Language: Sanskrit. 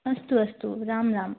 अस्तु अस्तु राम राम